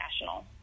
national